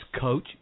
coach